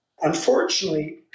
Unfortunately